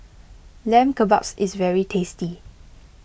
Lamb Kebabs is very tasty